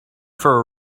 for